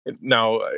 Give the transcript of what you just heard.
now